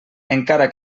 encara